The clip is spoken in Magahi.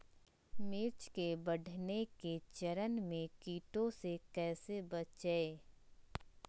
मिर्च के बढ़ने के चरण में कीटों से कैसे बचये?